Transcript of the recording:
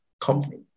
company